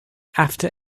after